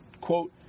quote